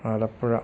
Alappuzha